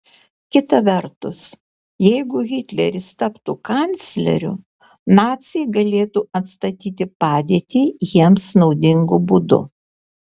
kita vertus jeigu hitleris taptų kancleriu naciai galėtų atstatyti padėtį jiems naudingu būdu